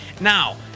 Now